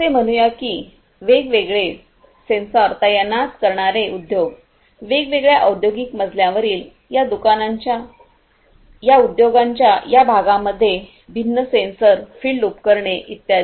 असे म्हणूया की वेगवेगळे सेन्सॉर तैनात करणारे उद्योग वेगवेगळ्या औद्योगिक मजल्यावरील या उद्योगांच्या या भागांमध्ये भिन्न सेन्सर फील्ड उपकरणे इत्यादी